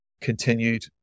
continued